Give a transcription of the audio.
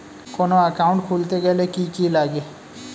কোন একাউন্ট খুলতে গেলে কি কি লাগে?